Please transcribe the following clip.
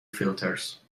filters